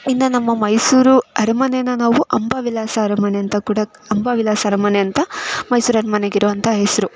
ಇನ್ನೂ ನಮ್ಮ ಮೈಸೂರು ಅರಮನೆನ ನಾವು ಅಂಬಾವಿಲಾಸ ಅರಮನೆ ಅಂತ ಕೂಡ ಅಂಬಾವಿಲಾಸ ಅರಮನೆ ಅಂತ ಮೈಸೂರು ಅರಮನೆಗೆ ಇರುವಂಥ ಹೆಸರು